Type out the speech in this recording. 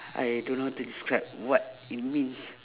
I don't know how to describe what it means